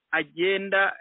agenda